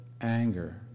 anger